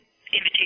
invitation